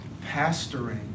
pastoring